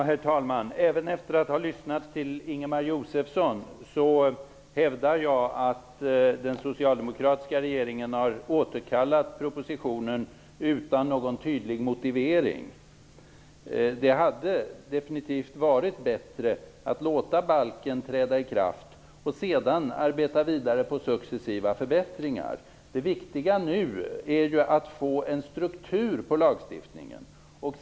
Herr talman! Även efter att ha lyssnat till Ingemar Josefsson hävdar jag att den socialdemokratiska regeringen har återkallat propositionen utan någon tydlig motivering. Det hade definitivt varit bättre att låta balken träda i kraft och sedan arbeta vidare med successiva förbättringar. Det viktiga nu är att få en struktur på lagstiftningen.